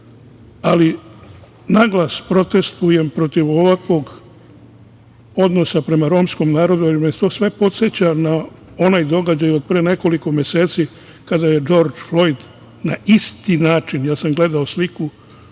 nije. Naglas protestujem protiv ovakvog odnosa prema romskom narodu, jer me to sve podseća na onaj događaj od pre nekoliko meseci kada je Džordž Flojd na isti način, ja sam gledao sliku